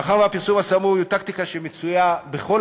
מאחר שהפרסום הסמוי הוא טקטיקה שמצויה בכל